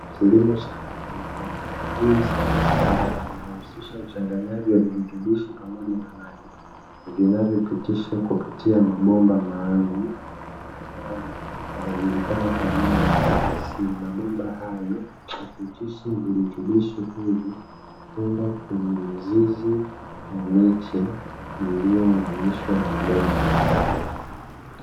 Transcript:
Kilimo cha haidroponi, hii ni sayansi inayohusisha uchanganyaji wa virutubishi pamoja na maji vinavyopitishwa kupitia mabomba maalumu ambayo yanajulikana kwa jina la 'PVC'. Mabomba hayo yanapitisha virutubishi kwenda kwenye mizizi ya miche iliyounganishwa na mabomba hayo.